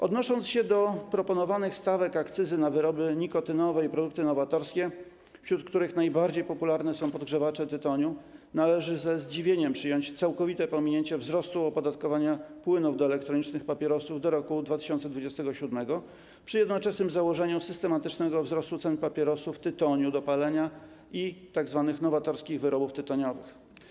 Odnosząc się do proponowanych stawek akcyzy na wyroby nikotynowe i produkty nowatorskie, wśród których najbardziej popularne są podgrzewacze tytoniu, należy ze zdziwieniem przyjąć całkowite pominięcie wzrostu opodatkowania płynów do elektronicznych papierosów do roku 2027, przy jednoczesnym założeniu systematycznego wzrostu cen papierosów, tytoniu do palenia i tzw. nowatorskich wyrobów tytoniowych.